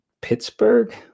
Pittsburgh